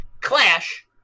clash